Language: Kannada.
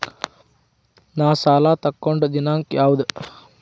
ನಾ ಸಾಲ ತಗೊಂಡು ದಿನಾಂಕ ಯಾವುದು?